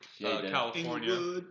California